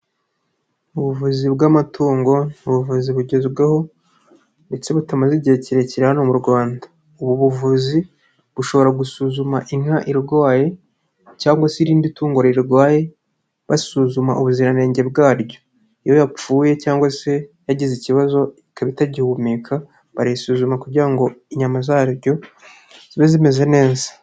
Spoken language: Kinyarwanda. Ubuvuzi bw'amatungo ni ubuvuzi bugezweho ndetse butamaze igihe kirekire hano mu Rwanda. Ubu buvuzi bushobora gusuzuma inka irwaye, cyangwa se irindi tungo rirwaye, basuzuma ubuziranenge bwaryo. Iyo yapfuye cyangwa se yagize ikibazo ikaba itagihumeka, barayisuzuma kugira ngo inyama zaryo zibe zimeze neza.